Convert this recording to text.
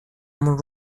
مون